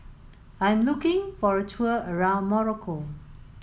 I am looking for a tour around Morocco